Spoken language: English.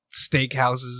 steakhouses